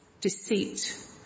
deceit